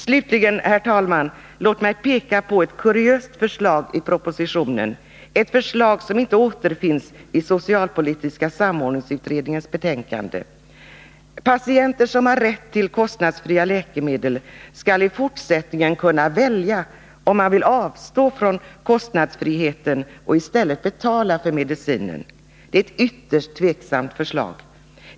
Slutligen, herr talman: Låt mig peka på ett kuriöst förslag i propositionen — ett förslag som inte återfinns i socialpolitiska samordningsutredningens betänkande. Patienter som har rätt till kostnadsfria läkemedel skall i fortsättningen kunna välja om de vill avstå från kostnadsfriheten och i stället betala för medicinen. Det är ett förslag som man måste ställa sig ytterst tveksam till.